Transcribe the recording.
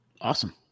Awesome